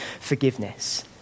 forgiveness